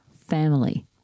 family